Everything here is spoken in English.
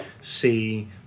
see